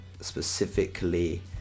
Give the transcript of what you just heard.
specifically